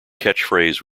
catchphrase